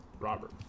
Robert